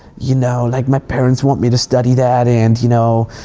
you know, like my parents want me to study that and you know,